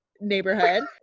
neighborhood